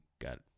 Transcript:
got